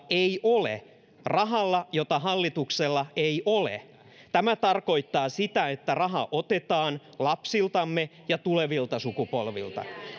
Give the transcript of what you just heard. ei ole rahalla jota hallituksella ei ole tämä tarkoittaa sitä että raha otetaan lapsiltamme ja tulevilta sukupolvilta